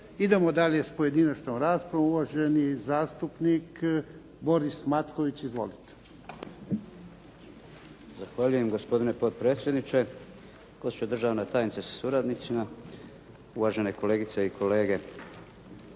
Idemo dalje s pojedinačnom raspravom. Uvaženi zastupnik Boris Matković. Izvolite. **Matković, Borislav (HDZ)** Zahvaljujem gospodine potpredsjedniče. Gospođo državna tajnice sa suradnicima, uvažene kolegice i kolege.